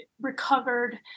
recovered